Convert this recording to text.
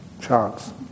Chance